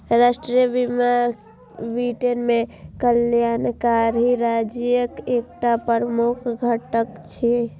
राष्ट्रीय बीमा ब्रिटेन मे कल्याणकारी राज्यक एकटा प्रमुख घटक छियै